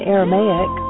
Aramaic